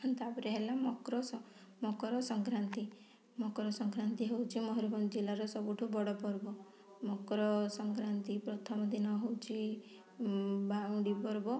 ତାପରେ ହେଲା ମକ୍ରସ ମକରସଂକ୍ରାନ୍ତି ମକରସଂକ୍ରାନ୍ତି ହେଉଛି ମୟୂରଭଞ୍ଜ ଜିଲ୍ଲାର ସବୁଠୁ ବଡ଼ପର୍ବ ମକରସଂକ୍ରାନ୍ତି ପ୍ରଥମଦିନ ହେଉଛି ବାଉଁଡ଼ି ପର୍ବ